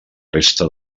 resta